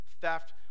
theft